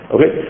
Okay